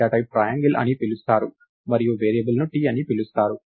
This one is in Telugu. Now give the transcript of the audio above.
డేటా టైప్ ట్రయాంగిల్ అని పిలుస్తారు మరియు వేరియబుల్ను T అని పిలుస్తారు